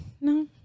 No